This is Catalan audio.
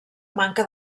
manca